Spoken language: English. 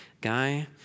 guy